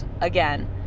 again